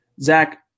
Zach